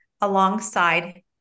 alongside